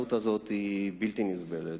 שההתנהלות הזאת היא בלתי נסבלת,